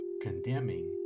condemning